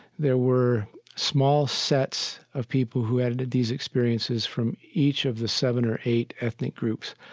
there were small sets of people who had and had these experiences from each of the seven or eight ethnic groups.